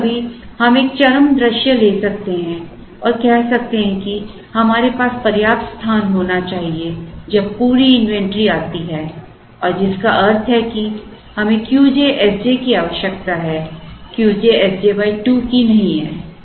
कभी कभी हम एक चरम दृश्य ले सकते हैं और कह सकते हैं कि हमारे पास पर्याप्त स्थान होना चाहिए जब पूरी इन्वेंट्री आती है और जिसका अर्थ है कि हमें Q j S j की आवश्यकता है Qj Sj 2 की नहीं है